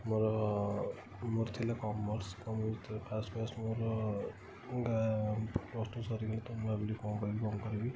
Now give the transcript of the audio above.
ମୋର ମୋର ଥିଲା କମର୍ସ ଫାଷ୍ଟ ଫାଷ୍ଟ ମୋର ପ୍ଲସ୍ ଟୁ ସରିଗଲା ତ ମୁଁ ଭାବିଲି କ'ଣ କରିବି କ'ଣ କରିବି